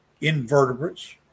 invertebrates